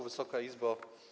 Wysoka Izbo!